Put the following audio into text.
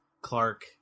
Clark